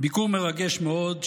ביקור מרגש מאוד,